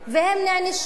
והן נענשו.